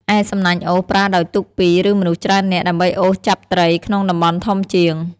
ឯ សំណាញ់អូស ប្រើដោយទូកពីរ ឬមនុស្សច្រើននាក់ដើម្បីអូសចាប់ត្រីក្នុងតំបន់ធំជាង។